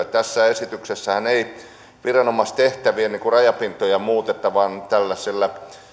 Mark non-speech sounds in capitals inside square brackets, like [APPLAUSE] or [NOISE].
[UNINTELLIGIBLE] tässä esityksessähän ei viranomaistehtävien rajapintoja muuteta vaan tällaisella